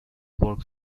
works